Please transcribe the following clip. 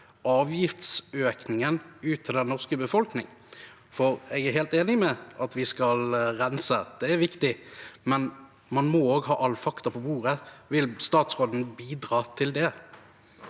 avgiftsøkningen, ut til den norske befolkning? Jeg er helt enig i at vi skal rense – det er viktig – men man må ha alle fakta på bordet. Vil statsråden bidra til det?